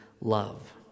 love